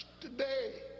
today